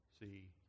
see